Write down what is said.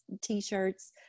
t-shirts